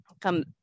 come